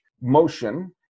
motion